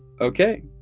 okay